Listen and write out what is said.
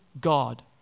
God